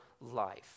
life